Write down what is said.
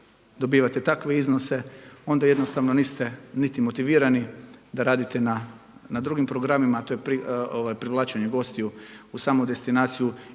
dobivate takve iznose onda jednostavno niste niti motivirani da radite na drugim programima a to je privlačenje gostiju u samu destinaciju